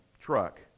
truck